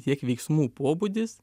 tiek veiksmų pobūdis